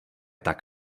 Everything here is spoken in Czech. tak